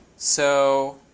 so